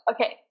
okay